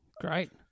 great